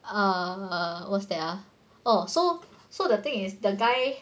err what's that ah oh so so the thing is the guy